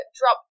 drop